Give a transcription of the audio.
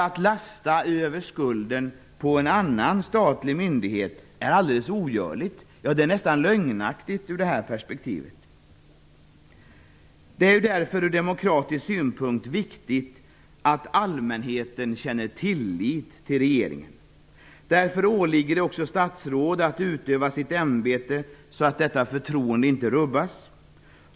Att lassa över skulden på en annan statlig myndighet är helt ogörligt. Det är nästan lögnaktigt i det här perspektivet. Därför är det från demokratisk synpunkt viktigt att allmänheten känner tillit till regeringen. Därför åligger det också statsråd att utöva sitt ämbete så att detta förtroende inte rubbas.